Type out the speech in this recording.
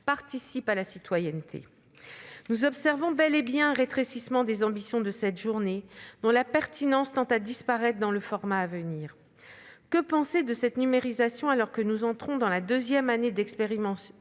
partie de la citoyenneté. Nous observons bel et bien un rétrécissement des ambitions de cette journée, dont la pertinence tend à disparaître dans le format à venir. Que penser de cette numérisation, alors que nous entrons dans la deuxième année d'expérimentation